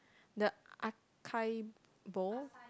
the acai bowl